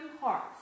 hearts